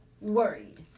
worried